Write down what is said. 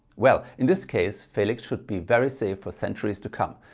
well in this case feliks should be very save for centuries to come.